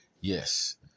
Yes